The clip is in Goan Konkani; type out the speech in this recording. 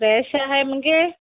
फ्रेश आहाय मगे